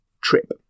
trip